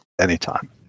anytime